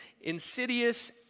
insidious